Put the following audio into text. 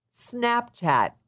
Snapchat